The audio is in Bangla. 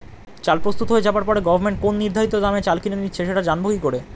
চাল প্রস্তুত হয়ে যাবার পরে গভমেন্ট কোন নির্ধারিত দামে চাল কিনে নিচ্ছে সেটা জানবো কি করে?